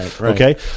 okay